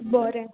बरें